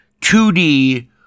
2D